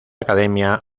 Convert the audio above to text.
academia